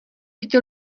chtěl